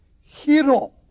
hero